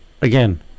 again